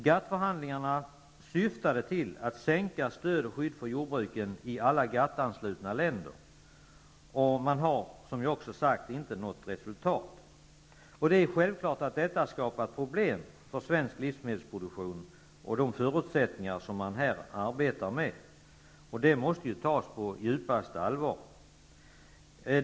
GATT förhandlingarna, som syftade till att minska stöd och skydd för jordbruken i alla GATT-anslutna länder, har som sagt inte nått fram till något resultat. Det är självklart att detta skapar problem för svensk livsmedelsproduktion och de förutsättningar som man här arbetar med. Det måste ju tas på djupaste allvar.